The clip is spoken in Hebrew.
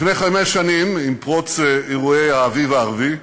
לפני חמש שנים, עם פרוץ אירועי האביב הערבי,